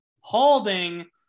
Holding